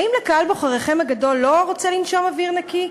האם קהל בוחריכם הגדול לא רוצה לנשום אוויר נקי?